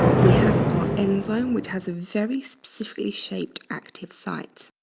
we have our enzyme which has a very specifically-shaped active site.